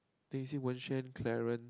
Tin-Xi Wen-Xuan Clarence